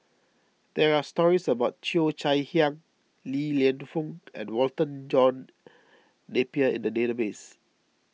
there are stories about Cheo Chai Hiang Li Lienfung and Walter John Napier in the database